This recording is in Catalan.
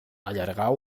allargar